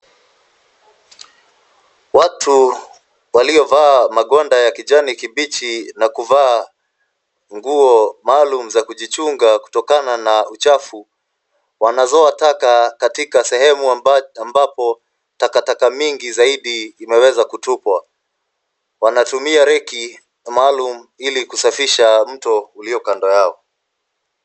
Watu waliovaa magonda ya kijani kibichi na kuvaa ngua maalum za kijuchunga kutokana na uchafu wanazoa taka katika sehemu ambapo takataka mingi zaidi imeweza kutupwa. Wanatumia reki maalum ili kusafisha mto ulio kando yao.